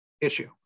issue